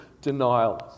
denial